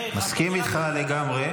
מסכים איתך לגמרי.